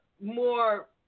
more